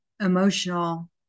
emotional